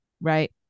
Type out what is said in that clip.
right